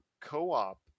co-op